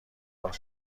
کنید